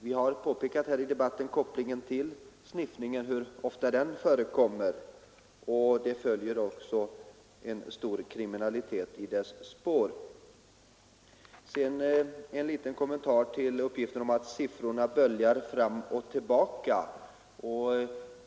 Vi har här i debatten också pekat på hur ofta en koppling till sniffningen förekommer, och det följer också en stor kriminalitet i spåren. Så en liten kommentar till uttalandet att siffrorna böljar fram och tillbaka.